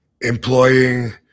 employing